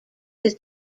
his